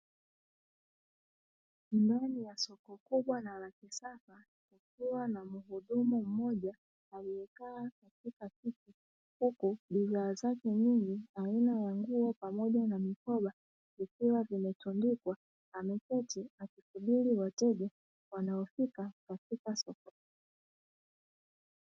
Ndani ya soko kubwa na la kisasa, kukikuwa na mhudumu mmoja aliyekaa katika kiti, huku bidhaa zake nyingi, aina ya nguo pamoja na mikoba, zikiwa zimetundikwa. Ameketi akisubiri wateja wanao ika katika soko.